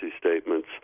statements